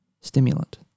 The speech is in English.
stimulant